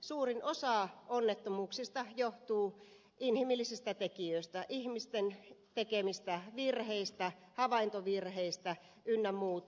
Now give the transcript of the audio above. suurin osa onnettomuuksista johtuu inhimillisistä tekijöistä ihmisten tekemistä virheistä havaintovirheistä ynnä muuta